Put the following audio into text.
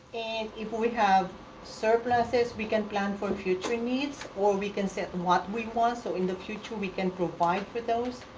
and it would have surpluses we can plan for future needs or we can set what we want, so in the future we can provide with those.